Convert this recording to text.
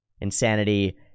insanity